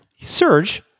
Serge